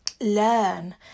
learn